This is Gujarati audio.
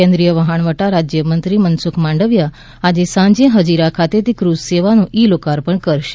કેન્દ્રીય વહાવટા રાજ્યમંત્રી મનસુખ માંડવિયા આજે સાંજે હજીરા ખાતેથી ક્રઝ સેવાનું ઇ લોકાર્પણ કરશે